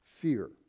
Fear